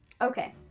Okay